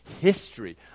history